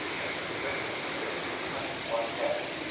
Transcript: any infringement of which was punished by death.